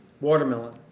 watermelon